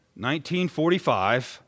1945